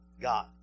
God